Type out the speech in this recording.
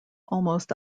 almost